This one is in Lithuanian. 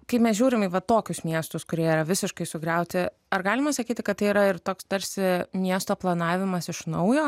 kai mes žiūrim į va tokius miestus kurie yra visiškai sugriauti ar galima sakyti kad tai yra ir toks tarsi miesto planavimas iš naujo